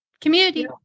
community